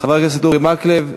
חבר הכנסת אורי מקלב,